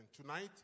tonight